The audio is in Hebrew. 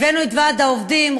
הבאנו את ועד העובדים,